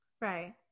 Right